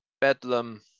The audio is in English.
Bedlam